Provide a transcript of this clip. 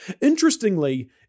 Interestingly